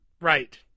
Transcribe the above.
Right